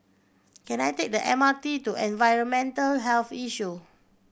can I take the M R T to Environmental Health Issue